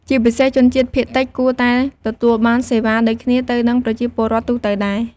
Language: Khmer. ជាពិសេសជនជាតិភាគតិចគួរតែទទួលបានសេវាដូចគ្នាទៅនឹងប្រជាពលរដ្ឋទូទៅដែរ។